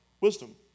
wisdom